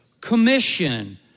Commission